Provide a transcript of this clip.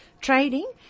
Trading